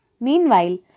Meanwhile